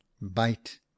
bite